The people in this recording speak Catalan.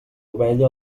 ovella